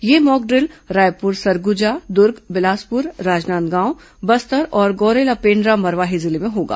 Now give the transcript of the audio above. ये मॉकड्रिल रायपुर सरगुजा दुर्ग बिलासपुर राजनांदगांव बस्तर और गौरेला पेण्ड्रा मरवाही जिले में होगा